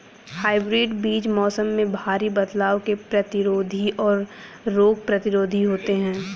hybrid बीज मौसम में भारी बदलाव के प्रतिरोधी और रोग प्रतिरोधी होते हैं